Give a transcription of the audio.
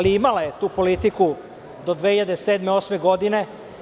Imala je tu politiku do 2007, 2008. godine.